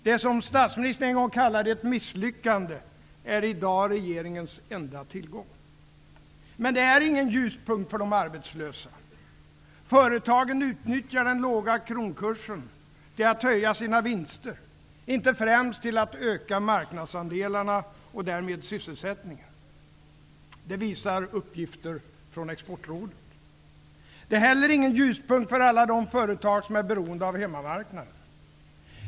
Det som statsministern för ett år sedan kallade ''ett misslyckande'' är i dag regeringens enda tillgång. Men det är ingen ljuspunkt för dem som är arbetslösa. Företagen utnyttjar den låga kronkursen till att höja sina vinster, inte främst till att öka marknadsandelarna och därmed sysselsättningen. Det visar uppgifter från Det är heller ingen ljuspunkt för alla de företag som är beroende av hemmamarknaden.